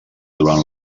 durant